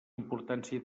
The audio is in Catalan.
importància